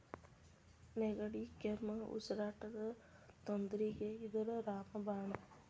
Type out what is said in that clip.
ನೆಗಡಿ, ಕೆಮ್ಮು, ಉಸಿರಾಟದ ತೊಂದ್ರಿಗೆ ಇದ ರಾಮ ಬಾಣ